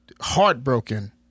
heartbroken